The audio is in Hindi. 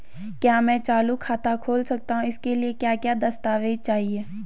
क्या मैं चालू खाता खोल सकता हूँ इसके लिए क्या क्या दस्तावेज़ चाहिए?